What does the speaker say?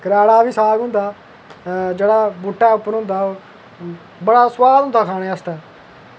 कराड़ा दा बी साग होंदा जेह्ड़ा बूह्टा उप्पर होंदा बड़ा सुआद होंदा खाने आस्तै